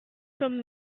from